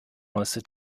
neueste